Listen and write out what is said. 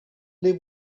live